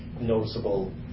noticeable